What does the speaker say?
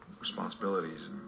responsibilities